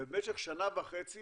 ובמשך שנה וחצי